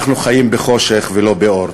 אנחנו חיים בחושך ולא באור.